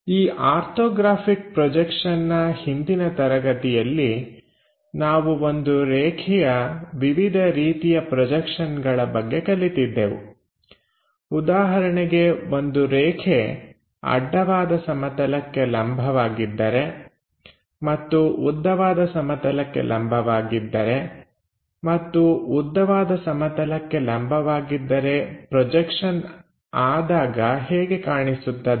ಈ ಆರ್ಥೋಗ್ರಾಫಿಕ್ ಪ್ರೊಜೆಕ್ಷನ್ನ ಹಿಂದಿನ ತರಗತಿಯಲ್ಲಿ ನಾವು ಒಂದು ರೇಖೆಯ ವಿವಿಧ ರೀತಿಯ ಪ್ರೊಜೆಕ್ಷನ್ಗಳ ಬಗ್ಗೆ ಕಲಿತಿದ್ದೆವು ಉದಾಹರಣೆಗೆ ಒಂದು ರೇಖೆ ಅಡ್ಡವಾದ ಸಮತಲಕ್ಕೆ ಲಂಬವಾಗಿದ್ದರೆ ಮತ್ತು ಉದ್ದವಾದ ಸಮತಲಕ್ಕೆ ಲಂಬವಾಗಿದ್ದರೆ ಮತ್ತು ಉದ್ದವಾದ ಸಮತಲಕ್ಕೆ ಲಂಬವಾಗಿದ್ದರೆ ಪ್ರೊಜೆಕ್ಷನ್ ಆದಾಗ ಹೇಗೆ ಕಾಣಿಸುತ್ತದೆ